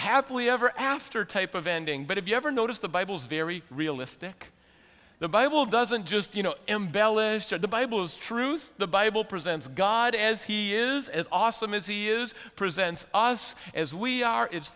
happily ever after type of ending but if you ever notice the bible's very realistic the bible doesn't just you know embellished the bible's truth the bible presents god as he is as awesome as he is presents us as we are it's